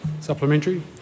Supplementary